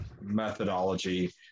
methodology